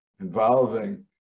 Involving